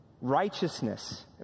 righteousness